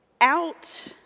out